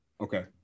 Okay